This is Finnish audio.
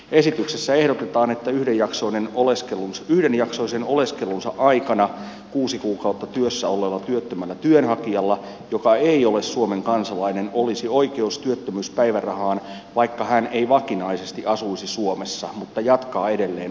esityksessä ehdotetaan että yhdenjaksoisen oleskelunsa aikana kuusi kuukautta työssä olleella työttömällä työnhakijalla joka ei ole suomen kansalainen olisi oikeus työttömyyspäivärahaan vaikka hän ei vakinaisesti asuisi suomessa mutta jatkaa edelleen oleskeluaan